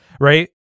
right